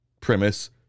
premise